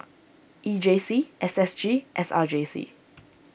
E J C S S G S R J C